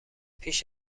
پیش